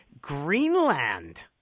Greenland